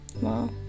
wow